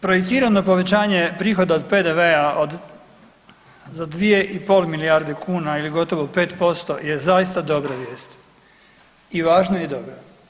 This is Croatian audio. Projicirano povećanje prihoda od PDV-a za 2,5 milijarde kuna ili gotovo 5% je zaista dobra vijest i važna i dobra.